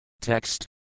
Text